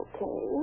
Okay